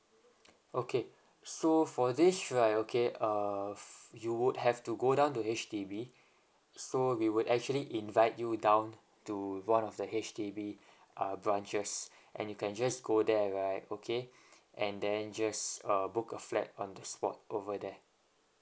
okay so for this right okay err you would have to go down to H_D_B so we would actually invite you down to one of the H_D_B uh branches and you can just go there right okay and then just err book a flat on the spot over there